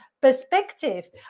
perspective